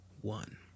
One